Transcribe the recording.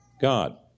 God